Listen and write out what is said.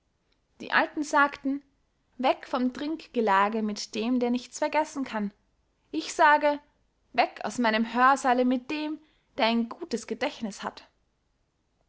die alten sagten weg vom trinkgelage mit dem der nichts vergessen kann ich sage weg aus meinem hörsaale mit dem der ein gutes gedächtniß hat